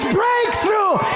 breakthrough